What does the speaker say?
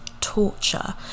torture